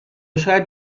شاید